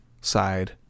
side